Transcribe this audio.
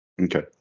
Okay